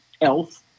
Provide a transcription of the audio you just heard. else